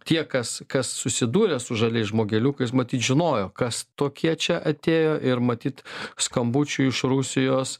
tie kas kas susidūręs su žaliais žmogeliukais matyt žinojo kas tokie čia atėjo ir matyt skambučių iš rusijos